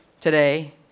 today